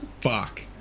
Fuck